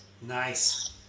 Nice